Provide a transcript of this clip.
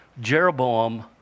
Jeroboam